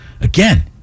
again